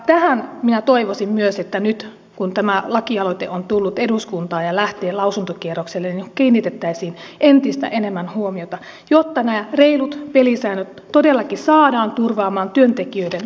tähän minä toivoisin myös nyt kun tämä lakialoite on tullut eduskuntaan ja lähtee lausuntokierrokselle kiinnitettävän entistä enemmän huomiota jotta nämä reilut pelisäännöt todellakin saadaan turvaamaan työntekijöiden oikeuksia